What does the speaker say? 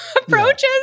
approaches